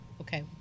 Okay